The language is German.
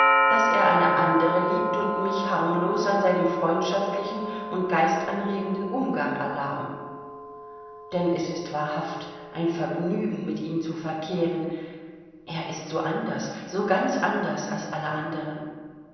daß er eine andere liebt und mich harmlos an seinem freundschaftlichen und geistanregenden umgang erlaben denn es ist wahrhaft ein vergnügen mit ihm zu verkehren er ist so anders so ganz anders als alle anderen